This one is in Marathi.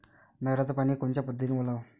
नयराचं पानी कोनच्या पद्धतीनं ओलाव?